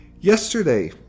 yesterday